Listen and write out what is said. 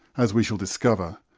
as we shall discover,